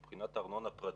מבחינת ארנונה פרטית,